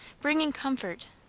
bringing comfort,